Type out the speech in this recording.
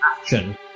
action